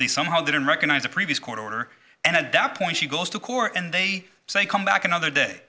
these somehow didn't recognize a previous court order and at that point she goes to court and they say come back another day